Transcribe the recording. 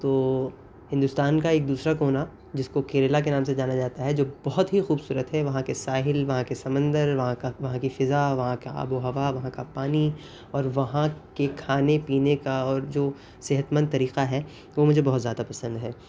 تو ہندوستان کا ایک دوسرا کونا جس کو کیرلا کے نام سے جانا جاتا ہے جو بہت ہی خوبصورت ہے وہاں کے ساحل وہاں کے سمندر وہاں کا وہاں کی فضا وہاں کا آب و ہوا وہاں کا پانی اور وہاں کے کھانے پینے کا اور جو صحت مند طریقہ ہے وہ مجھے بہت زیادہ پسند ہے